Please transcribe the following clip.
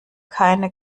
keine